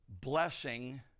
blessing